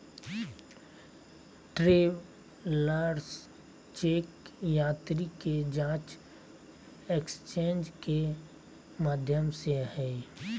travellers cheque यात्री के जांच एक्सचेंज के माध्यम हइ